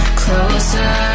closer